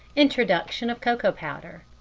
introduction of cocoa powder.